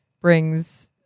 brings